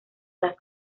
las